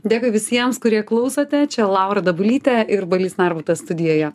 dėkui visiems kurie klausote čia laura dabulytė ir balys narbutas studijoje